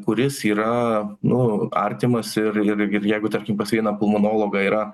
kuris yra nu artimas ir ir ir jeigu tarkim pas vieną pulmonologą yra